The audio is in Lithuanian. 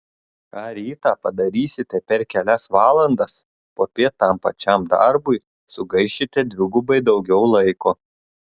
ką rytą padarysite per kelias valandas popiet tam pačiam darbui sugaišite dvigubai daugiau laiko